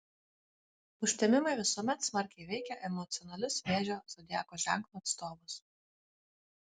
užtemimai visuomet smarkiai veikia emocionalius vėžio zodiako ženklo atstovus